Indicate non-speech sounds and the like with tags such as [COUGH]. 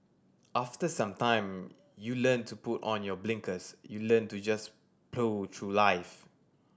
after some time you learn to put on your blinkers you learn to just [UNINTELLIGIBLE] through life